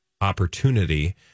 opportunity